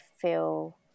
feel